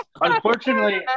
Unfortunately